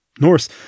Norse